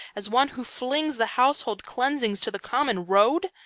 as one who flings the household cleansings to the common road?